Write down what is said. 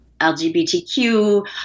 LGBTQ